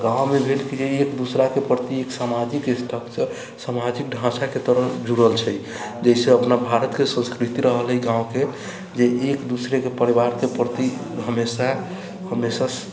आ गाँवमे भेल की एक दूसराके प्रति एक समाजिक स्ट्रक्चर समाजिक ढाँचाके तरह जुड़ल छै जाहि से अपना भारतके संस्कृति रहलै गाँवके जे एक दूसरेके परिवारके प्रति हमेशा